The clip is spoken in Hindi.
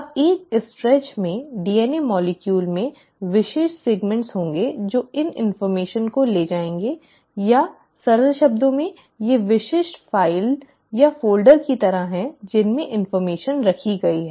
अब एक स्ट्रेच में डीएनए अणु में विशिष्ट खंड होंगे जो इस इन्फ़र्मेशन को ले जाएंगे या सरल शब्दों में ये विशिष्ट फ़ाइलों या फ़ोल्डरों की तरह हैं जिनमें इन्फ़र्मेशन रखी गई है